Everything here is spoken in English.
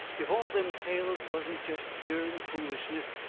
if all them tales wasn't jest dern foolishness,